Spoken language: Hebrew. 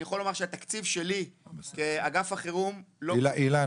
אני יכול לומר שהתקציב שלי כאגף החירום --- אילן,